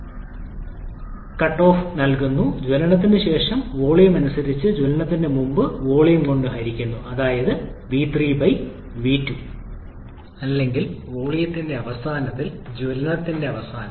RC നൽകിയ cutoff അനുപാതം ജ്വലനത്തിന് ശേഷം വോളിയം അനുസരിച്ച് ജ്വലനത്തിന് മുമ്പ് വോളിയം കൊണ്ട് ഹരിക്കുന്നു അതായത് 𝑣3 𝑣2 അല്ലെങ്കിൽ ജ്വലനത്തിന്റെ അവസാനത്തിൽ വോളിയത്തിലേക്കുള്ള ജ്വലനത്തിന്റെ അവസാനം